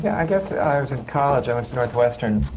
yeah i guess ah i was in college. i went to northwestern,